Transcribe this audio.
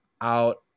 out